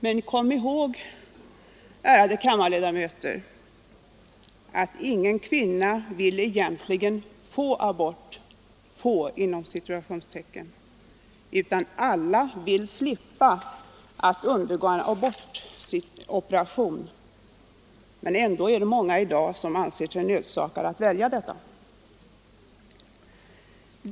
Men kom ihåg, ärade kammarledamöter, att ingen kvinna egentligen vill ”få” abort. Alla vill slippa att undergå en abortoperation, men ändå är det många i dag som anser sig nödsakade att välja denna utväg.